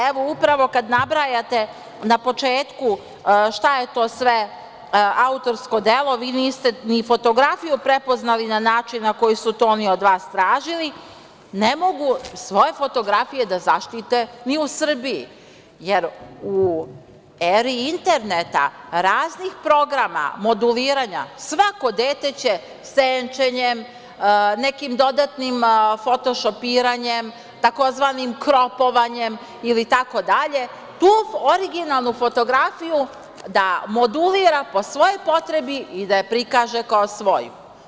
Evo, upravo kada nabrajate na početku šta je to sve autorsko delo, vi niste ni fotografiju prepoznali na način na koji su to oni od vas tražili, ne mogu svoje fotografije da zaštite ni u Srbiji jer u eri interneta raznih programa, moduliranja, svako dete će senčenjem, nekim dodatnim fotošopiranjem, tzv. kropovanjem ili tako dalje, tu originalnu fotografiju da modulira po svojoj potrebi i da je prikaže kao svoju.